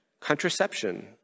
contraception